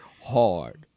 hard